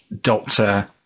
doctor